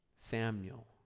Samuel